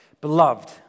Beloved